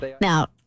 Now